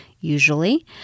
usually